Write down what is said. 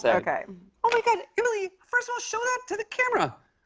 so okay. oh, my god emily. first of all, show that to the camera!